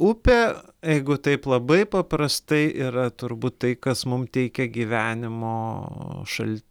upė jeigu taip labai paprastai yra turbūt tai kas mum teikia gyvenimo šal